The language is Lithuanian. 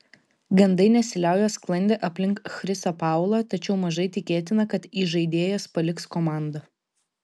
gandai nesiliauja sklandę aplink chrisą paulą tačiau mažai tikėtina kad įžaidėjas paliks komandą